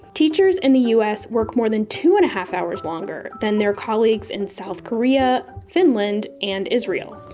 teachers in the us. work more than two and a half hours longer than their colleagues in south korea, finland, and israel.